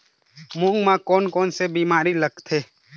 मूंग म कोन कोन से बीमारी लगथे?